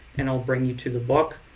and it'll bring you to the book.